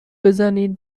بزنین